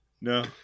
No